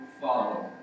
follow